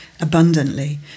abundantly